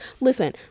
listen